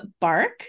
Bark